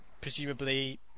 presumably